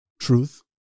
truth